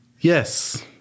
Yes